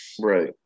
Right